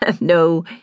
No